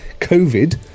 COVID